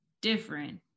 different